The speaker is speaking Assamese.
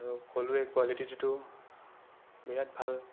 আৰু ক'লোৱে কোৱালিটিটো বিৰাট ভাল